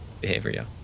behavior